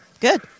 Good